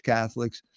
Catholics